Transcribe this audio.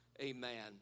Amen